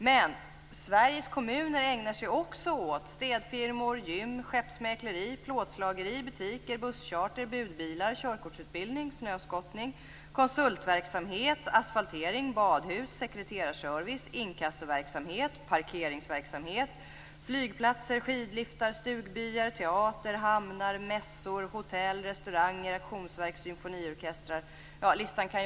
Men Sveriges kommuner ägnar sig också åt städfirmor, gym, skeppsmäkleri, plåtslageri, butiker, busscharter, budbilar, körkortsutbildning, snöskottning, konsultverksamhet, asfaltering, badhus, sekreterarservice, inkassoverksamhet, parkeringsverksamhet, flygplatser, skidliftar, stugbyar, teater, hamnar, mässor, hotell, restauranger, auktionsverk, symfoniorkestrar osv.